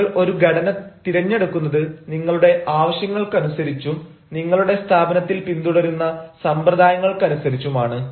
നിങ്ങൾ ഒരു ഘടന തിരഞ്ഞെടുക്കുന്നത് നിങ്ങളുടെ ആവശ്യങ്ങൾക്കനുസരിച്ചും നിങ്ങളുടെ സ്ഥാപനത്തിൽ പിന്തുടരുന്ന സമ്പ്രദായങ്ങൾക്കനുസരിച്ചുമാണ്